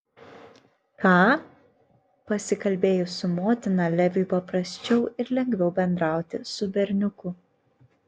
ką pasikalbėjus su motina leviui paprasčiau ir lengviau bendrauti su berniuku